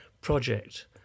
project